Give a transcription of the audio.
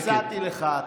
אני הצעתי לך,